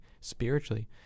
spiritually